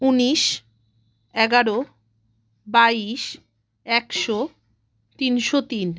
উনিশ এগারো বাইশ একশো তিনশো তিন